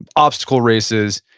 and obstacle races,